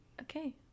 Okay